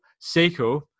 Seiko